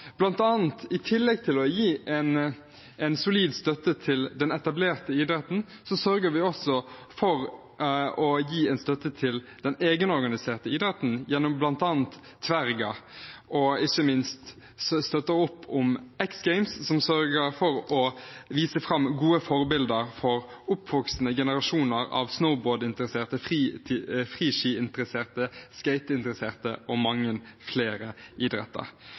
vi, i tillegg til å gi solid støtte til den etablerte idretten, også for å gi støtte til den egenorganiserte idretten gjennom bl.a. Tverga, og ikke minst støtter vi opp om X Games, som sørger for å vise fram gode forbilder for oppvoksende generasjoner av snowboardinteresserte, friskiinteresserte, skateinteresserte og mange flere idretter.